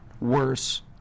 worse